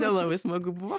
nelabai smagu buvo